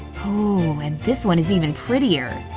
ooh, and this one is even prettier!